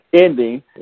ending